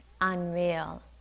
unreal